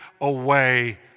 away